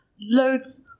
Loads